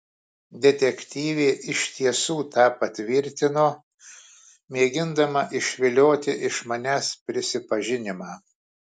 detektyvė iš tiesų tą patvirtino mėgindama išvilioti iš manęs prisipažinimą